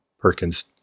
Perkins